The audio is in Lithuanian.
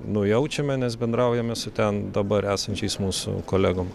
nujaučiame nes bendraujame su ten dabar esančiais mūsų kolegom